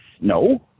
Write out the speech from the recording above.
No